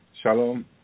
Shalom